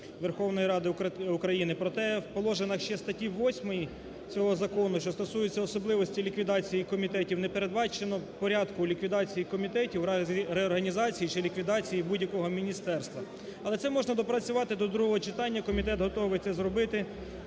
Верховної Ради України", проте в положеннях ще статті 8 цього закону, що стосується особливості ліквідації комітетів, не передбачено порядку ліквідації комітетів в разі реорганізації чи ліквідації будь-якого міністерства. Але це можна доопрацювати до другого читання. Комітет готовий це зробити